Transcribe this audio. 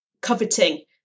coveting